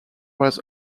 was